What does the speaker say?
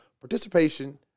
participation